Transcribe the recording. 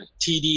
TD